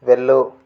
వెళ్ళు